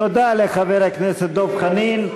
תודה לחבר הכנסת דב חנין.